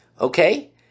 Okay